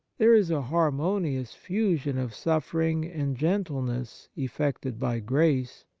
there is a harmonious fusion of suffering and gentleness effected by grace,